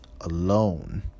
alone